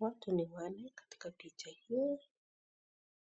Watu ni wanne katika picha hii